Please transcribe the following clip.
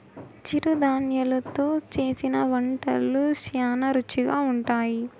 చిరుధాన్యలు తో చేసిన వంటలు శ్యానా రుచిగా ఉంటాయి